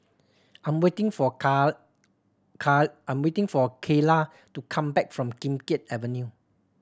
I am waiting for I am waiting for Kayla to come back from Kim Keat Avenue